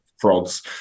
frauds